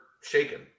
shaken